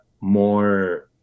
more